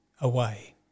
away